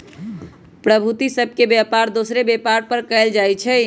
प्रतिभूति सभ के बेपार दोसरो बजार में कएल जाइ छइ